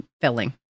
filling